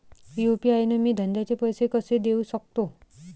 UPI न मी धंद्याचे पैसे कसे देऊ सकतो?